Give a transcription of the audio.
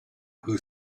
who